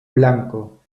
blanco